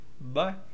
Bye